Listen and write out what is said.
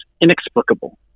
inexplicable